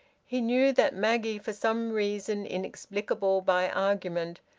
he knew that maggie, for some reason inexplicable by argument,